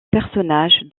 personnage